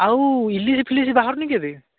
ଆଉ ଇଲିସିଫିଲିସ ବାହାରୁନି କି ଏବେ